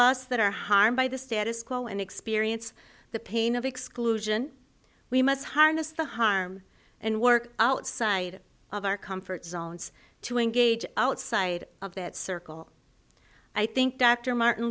us that are harmed by the status quo and experience the pain of exclusion we must harness the harm and work outside of our comfort zones to engage outside of that circle i think dr martin